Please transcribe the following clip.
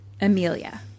Amelia